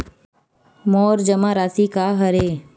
मोर जमा राशि का हरय?